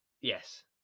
Yes